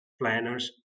planners